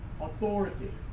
authority